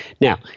Now